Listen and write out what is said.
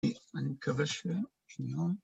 ‫אני מקווה ש... שנייה?!